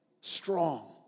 Strong